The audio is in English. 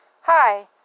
Hi